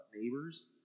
neighbors